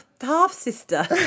half-sister